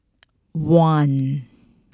one